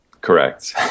Correct